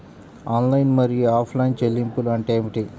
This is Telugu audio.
ఆన్లైన్ మరియు ఆఫ్లైన్ చెల్లింపులు అంటే ఏమిటి?